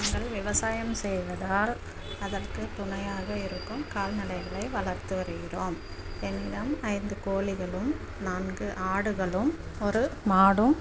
நாங்கள் விவசாயம் செய்வதால் அதற்கு துணையாக இருக்கும் கால்நடைகளை வளர்த்து வருகிறோம் என்னிடம் ஐந்து கோழிகளும் நான்கு ஆடுகளும் ஒரு மாடும்